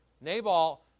Nabal